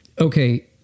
Okay